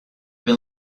been